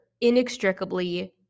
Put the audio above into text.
inextricably